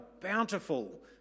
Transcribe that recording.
Bountiful